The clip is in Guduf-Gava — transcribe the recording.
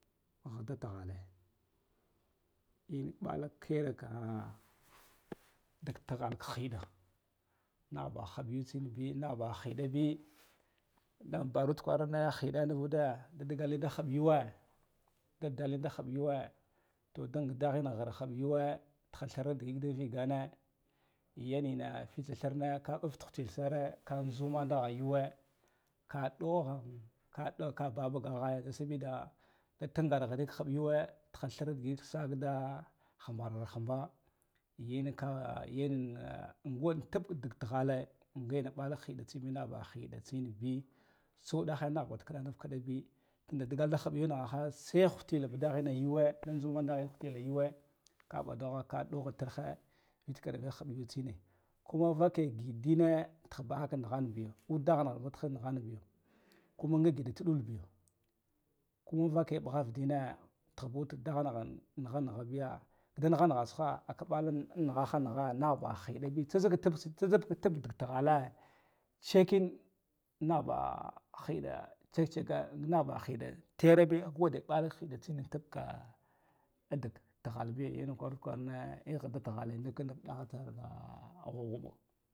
Ghada ta ghale in palɗ kiraka dala ti hal ki hida naghabah b haɗyu tsinbi na h bah. Hidabi da vudarut kwara hiɗa nuvuda digal da ghub yuve da dalin da hab yuwa to do ngogdaghin ghir hiɓa yuwa tihu ka thira digit ka vigane yenina fitsa thirne ka mɓuf ti hutil sare ka juma nagh yuwe ka ɗah ka babug ghaya ɗa sabida ɗa tungar ka ghab yuwa ti thirna digit sa kida hamba nghir humba yenka yen ina go lub ka dik tighale nga na ɓala hida tsinbi naba hi da tsinbi, tsa udaha nahba ti kidanaf kidabi tuda digal da huɓ yunighaha sai hutil budahin yuwa da jhuman daghin hutil yuwa k a ɓadaghe ka ɗoha tirhe vit kava haɗvi tsine kuma vake ngiɗdine tihbaha ka nigha nbiyo uda daghan ba tiha nighan biyo, kuma nga giɗa tu dulbiyo, kuma vake bughav dine tinba ud daghan ghan nigha nigha biya da na gha nigha tsiha a kabal an nighaha nigha naba hidabi tsa zik tsa zila tab dak tighate tsekin nah baha hida tsektseke naha hi da terabi, ngo de ɓala khida tsin tabka tigah ibi yen kwarud kwane ghida tighale nila inda ɗaha ghuɓghuɓo.